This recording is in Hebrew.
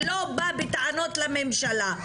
ולא בא בטענות לממשלה.